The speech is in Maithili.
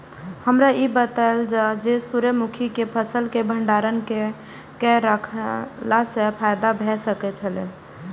हमरा ई बतायल जाए जे सूर्य मुखी केय फसल केय भंडारण केय के रखला सं फायदा भ सकेय छल?